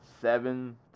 seven